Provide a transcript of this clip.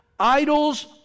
Idols